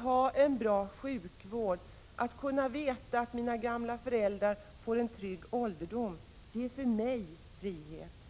och en bra sjukvård och att veta att mina gamla föräldrar får en trygg ålderdom. Som följd av denna utveckling har det naturligtvis krävts väsentligt större skatteinkomster än tidigare. Nya skatter har införts och skattesatserna har höjts.